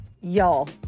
Y'all